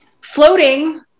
floating